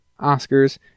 Oscars